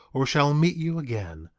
or shall meet you again.